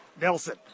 nelson